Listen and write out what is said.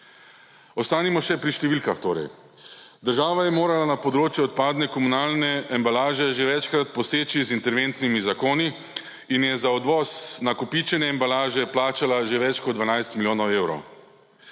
Ostanimo še pri številkah. Torej, država je morala na področju odpadne komunalne embalaže že večkrat poseči z interventnimi zakoni in je za odvoz nakopičene embalaže plačala že več kot 12 milijonov evrov.